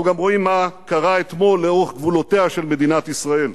אנחנו גם רואים מה קרה אתמול לאורך גבולותיה של מדינת ישראל,